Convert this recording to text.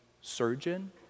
surgeon